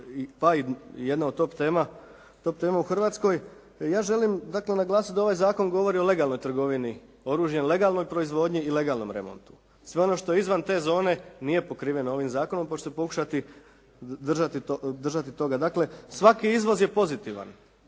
pa i jedna od top tema u Hrvatskoj. Ja želim dakle naglasiti da ovaj zakon govori o legalnoj trgovini oružjem, legalnoj proizvodnji i legalnom remontu. Sve ono što je izvan te zone nije pokriveno ovim zakonom pa ću se pokušati držati toga. Dakle svaki izvoz je pozitivan.